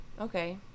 okay